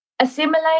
assimilate